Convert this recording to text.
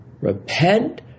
repent